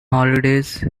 holidays